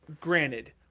Granted